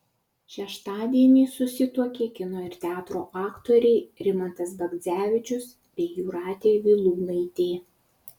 šeštadienį susituokė kino ir teatro aktoriai rimantas bagdzevičius bei jūratė vilūnaitė